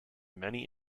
many